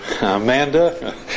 Amanda